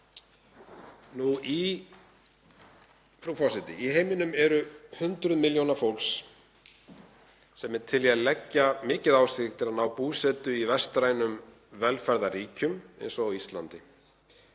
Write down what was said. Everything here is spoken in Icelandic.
Í heiminum eru hundruð milljóna fólks sem er til í að leggja mikið á sig til að öðlast búsetu í vestrænum velferðarríkjum eins og Íslandi.